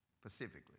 specifically